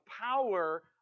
power